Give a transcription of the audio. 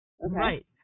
Right